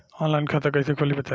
Online खाता कइसे खोली बताई?